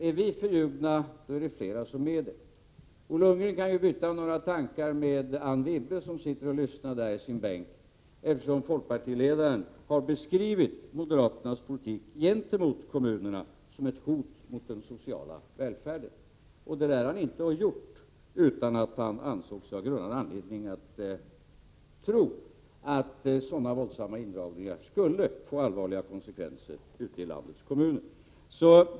Är vi förljugna, är det fler som är det. Bo Lundgren kan ju byta några tankar med Anne Wibble, som sitter och lyssnar i sin bänk. Folkpartiledaren har beskrivit moderaternas politik gentemot kommunerna som ett hot mot den sociala välfärden. Det lär han inte ha gjort utan att anse sig ha grundad anledning att tro att sådana våldsamma indragningar skulle få allvarliga konsekvenser ute i landets kommuner.